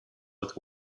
with